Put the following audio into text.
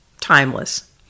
timeless